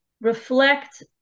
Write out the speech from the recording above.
reflect